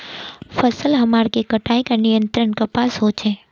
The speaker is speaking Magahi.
फसल हमार के कटाई का नियंत्रण कपास होचे?